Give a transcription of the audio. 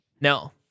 No